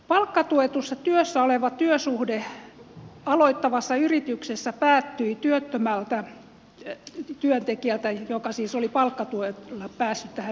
palkkatuetussa työssä oleva työsuhde aloittavassa yrityksessä päättyi työttömältä työntekijältä joka siis oli palkkatuettuna päässyt tähän firmaan